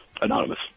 anonymous